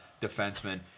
defenseman